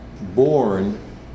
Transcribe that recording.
born